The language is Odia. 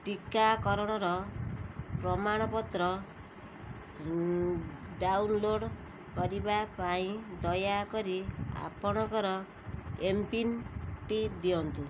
ଟିକାକରଣର ପ୍ରମାଣପତ୍ର ଡାଉନଲୋଡ଼୍ କରିବା ପାଇଁ ଦୟାକରି ଆପଣଙ୍କର ଏମ୍ପିନ୍ଟି ଦିଅନ୍ତୁ